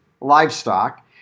livestock